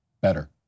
better